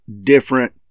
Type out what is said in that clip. different